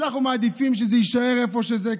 אנחנו מעדיפים שזה יישאר איפה שזה כרגע.